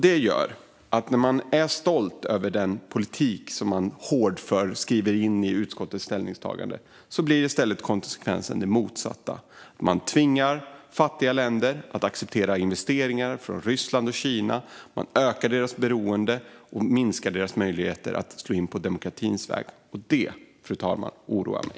Den politik man är stolt över och hårdfört driver - som man skriver in i utskottets ställningstagande - får alltså i stället den motsatta konsekvensen: Man tvingar fattiga länder att acceptera investeringar från Ryssland och Kina. Man ökar deras beroende och minskar deras möjligheter att slå in på demokratins väg. Det, fru talman, oroar mig.